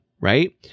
right